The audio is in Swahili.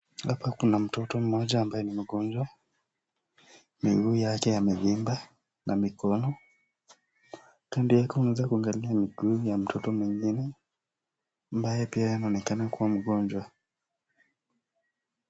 Hapa kuna mtoto mmoja ambaye ni mgonjwa, miguu yake yamevimba na mikono kando yake, unaweza kuangalia mguu ya mtoto mwingine ambaye pia anaonekana kuwa mgonjwa.